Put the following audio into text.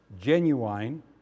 genuine